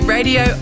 Radio